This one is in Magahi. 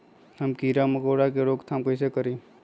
हम किरा मकोरा के रोक थाम कईसे करी?